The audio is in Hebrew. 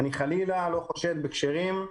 אני חלילה לא חושד בכשרים,